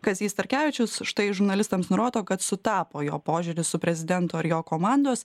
kazys starkevičius štai žurnalistams nurodo kad sutapo jo požiūris su prezidento ir jo komandos